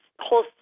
whole